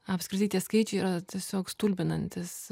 apskritai tie skaičiai yra tiesiog stulbinantys